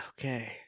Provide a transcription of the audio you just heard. Okay